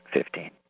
Fifteen